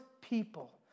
people